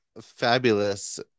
fabulous